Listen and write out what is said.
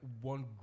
one